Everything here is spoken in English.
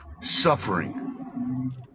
suffering